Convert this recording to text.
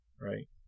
right